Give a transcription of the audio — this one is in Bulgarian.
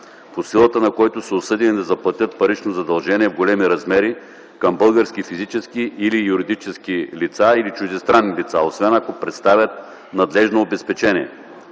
по силата на който са осъдени да заплатят парично задължение в големи размери към български физически и юридически лица или чуждестранни лица, освен ако представят надлежно обезпечение.